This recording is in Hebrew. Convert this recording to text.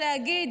ולהגיד: